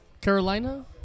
Carolina